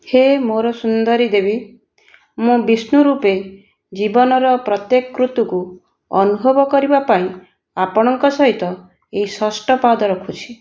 ହେ ମୋର ସୁନ୍ଦରୀ ଦେବୀ ମୁଁ ବିଷ୍ଣୁ ରୂପେ ଜୀବନର ପ୍ରତ୍ୟେକ ଋତୁକୁ ଅନୁଭବ କରିବା ପାଇଁ ଆପଣଙ୍କ ସହିତ ଏହି ଷଷ୍ଠ ପାଦ ରଖୁଛି